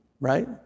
right